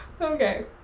Okay